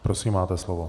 Prosím, máte slovo.